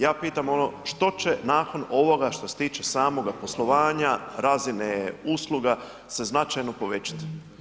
Ja pitam što će nakon ovoga što se tiče samoga poslovanja, razine usluga se značajno povećat?